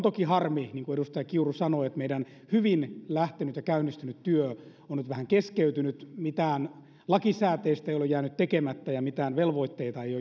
toki harmi niin kuin edustaja kiuru sanoi että meidän hyvin lähtenyt ja käynnistynyt työ on nyt vähän keskeytynyt mitään lakisääteistä ei ole jäänyt tekemättä ja mitään velvoitteita ei